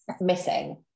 missing